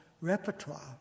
repertoire